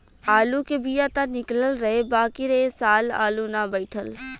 आलू के बिया त निकलल रहे बाकिर ए साल आलू ना बइठल